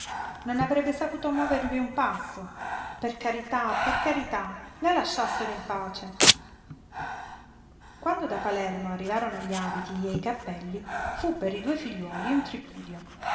non avrebbe saputo muovervi un passo per carità per carità la lasciassero in pace quando da palermo arrivarono gli abiti e i cappelli fu per i due figliuoli un tripudio